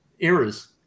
errors